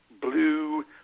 Blue